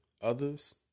others